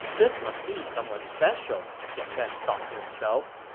this must be someone special, jiang gan thought to himself.